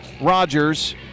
Rogers